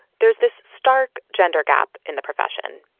there's this stark gender gap in the profession.